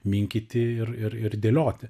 minkyti ir ir ir dėlioti